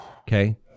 Okay